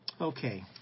Okay